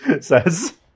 says